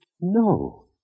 No